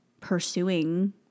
pursuing